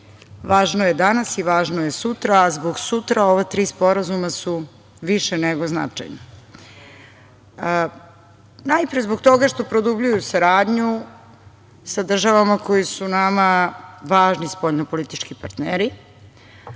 važno je danas i važno je sutra, a zbog sutra ova tri sporazuma su više nego značajna. Najpre zbog toga što produbljuju saradnju sa državama koje su nama važni spoljnopolitički partneri.